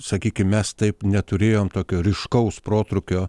sakykim mes taip neturėjom tokio ryškaus protrūkio